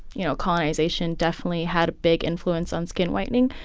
you know, colonization definitely had a big influence on skin whitening.